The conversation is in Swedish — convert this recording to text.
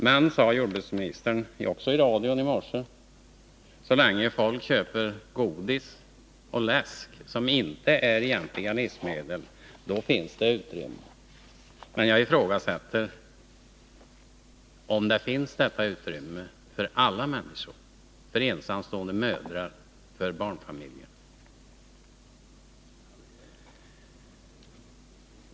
Men, sade jordbruksministern — också i radion i morse — så länge folk köper godis och läsk, som inte är egentliga livsmedel, finns det utrymme för att dra ner matkostnaderna. Jag ifrågasätter om det finns ett utrymme för alla människor — jag tänker på ensamstående mödrar och barnfamiljer.